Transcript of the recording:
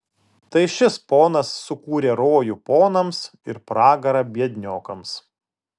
tai šis ponas sukūrė rojų ponams ir pragarą biedniokams